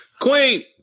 Queen